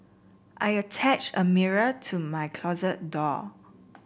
I attached a mirror to my closet door